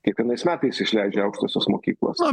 kiekvienais metais išleidžia aukštosios mokyklos